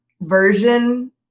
version